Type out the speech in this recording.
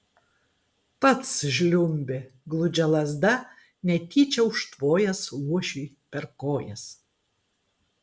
pats žliumbė gludžia lazda netyčia užtvojęs luošiui per kojas